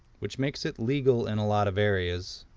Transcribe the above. which makes it legal in a lot of areas.